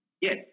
Yes